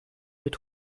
mit